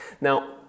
Now